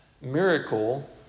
miracle